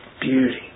Beauty